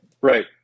Right